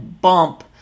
bump